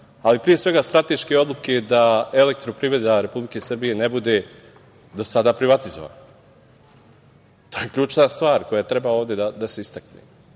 ali pre svega strateške odluke da „Elektroprivreda“ Republike Srbije ne bude do sada privatizovana. To je ključna stvar koja treba ovde da se istakne. Treba